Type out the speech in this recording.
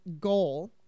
goal